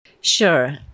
Sure